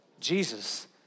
Jesus